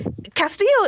Castillo